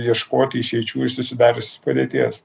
ieškoti išeičių iš susidariusios padėties